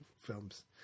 films